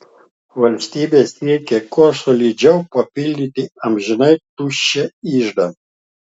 valstybė siekia kuo solidžiau papildyti amžinai tuščią iždą